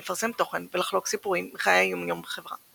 לפרסם תוכן ולחלוק סיפורים מחיי היום יום בחברה.